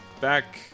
back